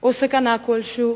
או סכנה כלשהי